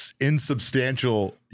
insubstantial